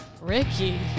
Ricky